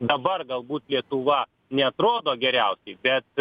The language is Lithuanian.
dabar galbūt lietuva neatrodo geriausiai bet